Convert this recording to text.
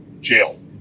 Jail